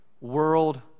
world